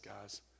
guys